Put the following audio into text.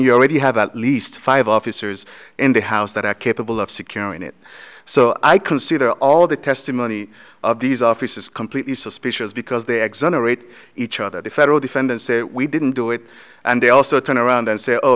you already have at least five officers in the house that are capable of securing it so i consider all of the testimony of these officers completely suspicious because they exonerate each other the federal defendants say we didn't do it and they also turn around and say oh